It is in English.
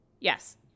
Yes